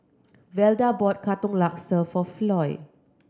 Velda bought Katong Laksa for Floy